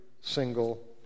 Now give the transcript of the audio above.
single